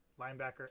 linebacker